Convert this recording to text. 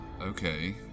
Okay